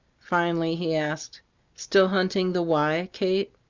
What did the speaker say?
finally he asked still hunting the why, kate?